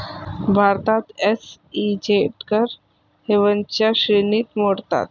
भारतात एस.ई.झेड कर हेवनच्या श्रेणीत मोडतात